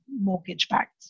mortgage-backed